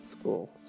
school